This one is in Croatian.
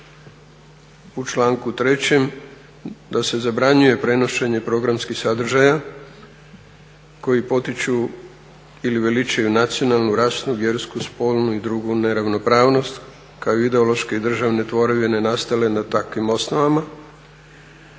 u članku 3. da se zabranjuje prenošenje programskih sadržaja koji potiču ili veličaju nacionalnu, rasnu, vjersku, spolnu i drugu neravnopravnost kao ideološke i državne tvorevine nastale na takvim osnovama